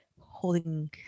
holding